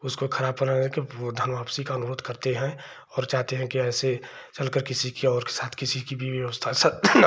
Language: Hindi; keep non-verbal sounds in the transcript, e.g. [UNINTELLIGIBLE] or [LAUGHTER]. उसको खराब पर धन वापसी का अनुरोध करते हैं और चाहते हैं कि ऐसे [UNINTELLIGIBLE] किसी और के साथ किसी की भी व्यवस्था